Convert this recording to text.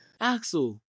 Axel